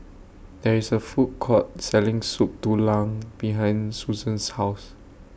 There IS A Food Court Selling Soup Tulang behind Susann's House